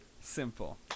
Simple